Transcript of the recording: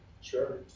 Sure